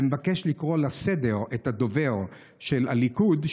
ומבקש לקרוא לסדר את הדובר של הליכוד,